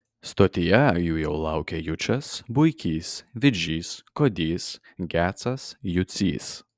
stotyje jų jau laukė jučas buikys vidžys kodys gecas jucys